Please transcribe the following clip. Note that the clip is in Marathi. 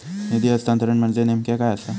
निधी हस्तांतरण म्हणजे नेमक्या काय आसा?